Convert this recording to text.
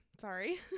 sorry